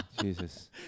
jesus